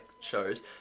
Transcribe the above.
shows